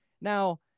Now